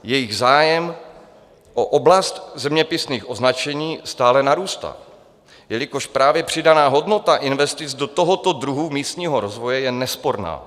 Jejich zájem o oblast zeměpisných označení stále narůstá, jelikož právě přidaná hodnota investic do tohoto druhu místního rozvoje je nesporná.